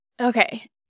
Okay